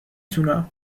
تونم